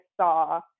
saw